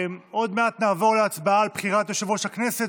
עוד מעט נעבור להצבעה על בחירת יושב-ראש הכנסת